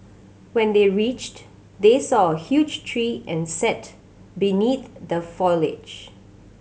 when they reached they saw a huge tree and sat beneath the foliage